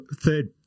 third